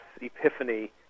epiphany